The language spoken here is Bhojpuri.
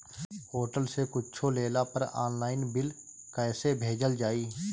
होटल से कुच्छो लेला पर आनलाइन बिल कैसे भेजल जाइ?